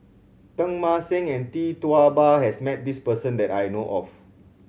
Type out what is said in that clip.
Teng Mah Seng and Tee Tua Ba has met this person that I know of